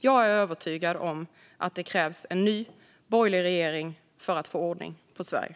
Jag är övertygad om att det krävs en borgerlig regering för att få ordning på Sverige.